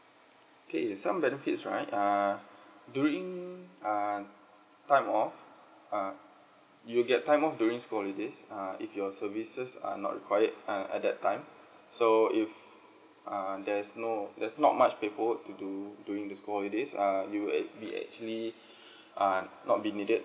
okay some benefits right err during err time off uh you will get time off during school holidays err if your services are not required uh at that time so if err there is no there's not much paperwork to do during the school holidays uh you at be actually are not be needed